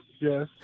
Yes